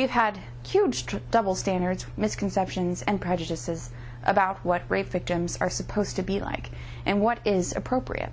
have had huge double standards misconceptions and prejudices about what rape victims are supposed to be like and what is appropriate